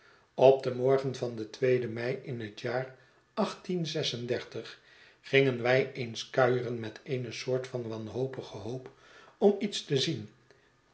op den morgen van den tweeden mei in het jaar gingen wij eens kuieren met eene soort van wanhopige hoop om iets te zien